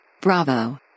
Bravo